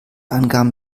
angaben